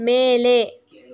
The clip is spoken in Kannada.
ಮೇಲೆ